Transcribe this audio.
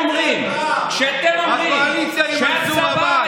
כשאתם אומרים, הקואליציה עם מנסור עבאס.